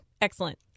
excellent